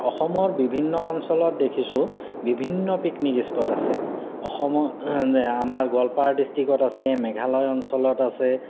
অসমৰ বিভিন্ন অঞ্চলত দেখিছোঁ বিভিন্ন পিকনিক স্পট আছে অসমৰ আমাৰ গোৱালপাৰ ডিষ্ট্ৰিকত আছে মেঘালয় অঞ্চলত আছে